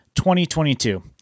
2022